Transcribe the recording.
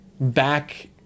Back